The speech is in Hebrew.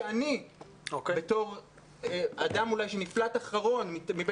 שאני בתור אדם אולי שנפלט אחרון מבין